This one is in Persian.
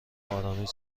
آرامش